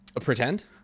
Pretend